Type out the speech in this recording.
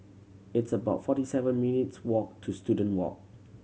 it's about forty seven minutes' walk to Student Walk